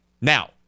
Now